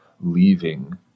leaving